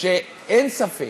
שאין ספק